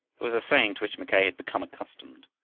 it was a saying to which mackay had become accustomed.